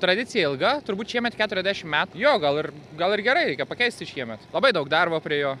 tradicija ilga turbūt šiemet keturiasdešim met jo gal ir gal ir gerai reikia pakeisti šiemet labai daug darbo prie jo